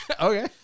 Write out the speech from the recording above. okay